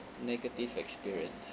negative experience